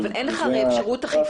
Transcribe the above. זאת ההבדלה --- אבל אין לך אפשרות אכיפה.